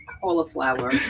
cauliflower